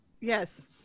Yes